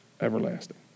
everlasting